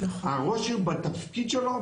ראש עיר בתפקיד שלו,